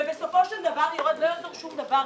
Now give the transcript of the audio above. ובסופו של דבר לא יעזור שום דבר,